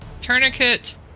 tourniquet